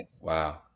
Wow